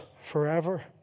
forever